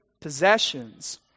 possessions